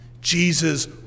Jesus